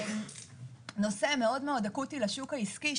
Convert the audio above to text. נושא מאוד אקוטי לשוק העסקי,